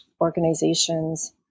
organizations